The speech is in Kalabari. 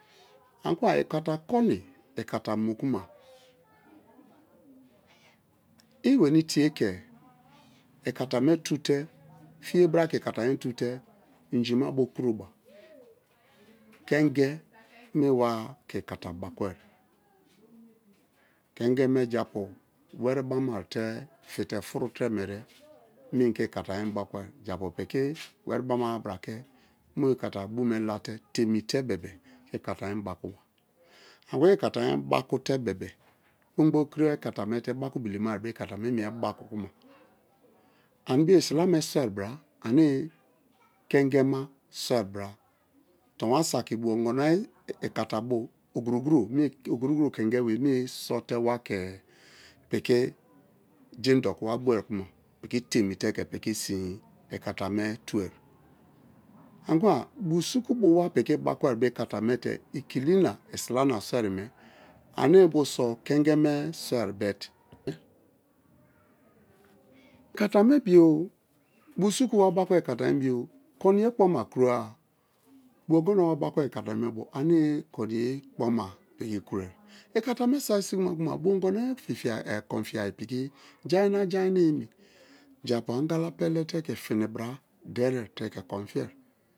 Ani kuma ikata koni̱ ikata mu̱ kama i weni tie ke̱ ikata me tu te fiye bra ke̱ ikata me tu̱ te̱ injima bo kuroba. Kenge me̱ wake̱ ikata bakuwe. Kenge me japu̱ we̱re̱ bama te fite furu tire mere me i ke ikata me bakue japu piki weribama-a bra ke mu ikata bu me late temite bebe-e ikata me bakue. I we̱ni ikata me bakute bebe-e kpongbokiri we ikata me te i baku bilema ikata me i mie baku-kuma anibio isila me soi̱ bra ane kenge me soi bra tonwa saki bu ongono we ikata bo ogu̱ru̱we kengebe me sote wa ke piki jein doku wa boe kuma i temite ke piki sin ikata me tue̱. Anikkuma busuka bi̱o̱ wa piki baku be̱ ikata me̱ te ikili na isila na soi bo yeme anermeboso kenge me soi but ikata me bio bu su̱ku̱ wa baku̱e be̱ i̱kata me bio koniye kpoma kura-a bu ongono wa bakue ikata me bio ane koniye kpoma ine kuro. Ikatame saki sigima kuma bu-ongono fifiayi konfiaye piki jai na jai na emi, japu̱ angala pelete ke fini bra derie te ke̱ kon fi̱ye̱.